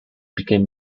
became